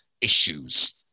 issues